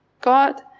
God